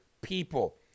people